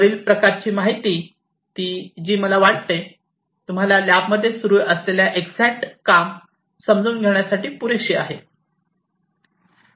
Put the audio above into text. वरील प्रकारची माहिती ती मला वाटते तुम्हाला लॅब मध्ये सुरू असलेले एक्झॅक्ट काम समजून घेण्यासाठी पुरेसे आहे